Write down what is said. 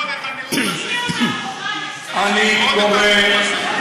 כבוד היושב-ראש, זהו המשפט האחרון.